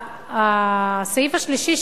הסעיף השלישי,